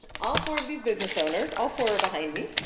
all four of these business owners, all four are behind me,